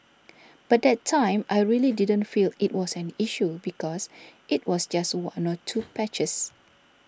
but that time I really didn't feel it was an issue because it was just one or two patches